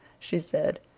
she said.